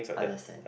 understand